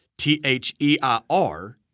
T-H-E-I-R